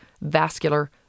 vascular